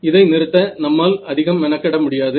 இதை நிறுத்த நம்மால் அதிகம் மெனக்கெட முடியாது